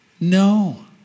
No